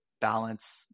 balance